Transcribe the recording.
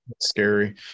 scary